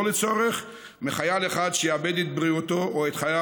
לצורך מחייל אחד שיאבד את בריאותו או את חייו,